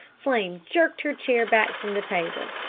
flame jerked her chair back from the table.